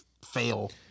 Fail